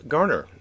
Garner